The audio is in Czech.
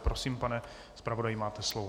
Prosím, pane zpravodaji, máte slovo.